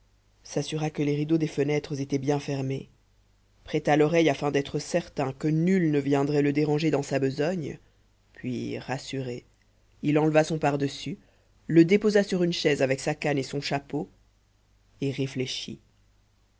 s'assura que les rideaux des fenêtres étaient bien fermés prêta l'oreille afin d'être certain que nul ne viendrait le déranger dans sa besogne puis rassuré il enleva son pardessus le déposa sur une chaise avec sa canne et son chapeau et réfléchit